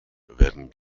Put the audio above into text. werden